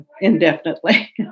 Indefinitely